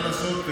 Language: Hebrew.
מה לעשות,